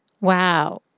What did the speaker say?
Wow